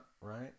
right